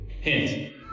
Hint